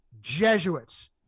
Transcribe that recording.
jesuits